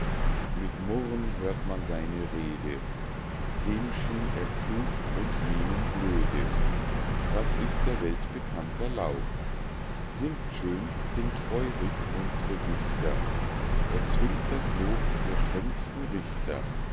mit murren hört man seine rede dem schien er klug und jenem blöde das ist der welt bekannter lauf singt schön singt feurig munt're dichter erzwingt das lob der strengsten richter